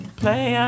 play